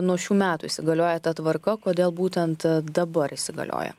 nuo šių metų įsigalioja ta tvarka kodėl būtent dabar įsigalioja